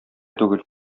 түгел